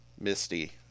misty